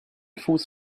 fuß